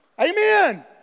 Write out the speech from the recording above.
Amen